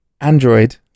Android